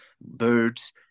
birds